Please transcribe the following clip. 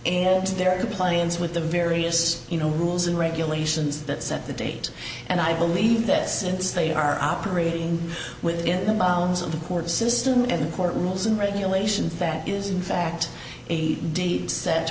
to their compliance with the various you know rules and regulations that set the date and i believe that since they are operating within the bounds of the court system and the court rules and regulations that is in fact a date set